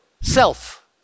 self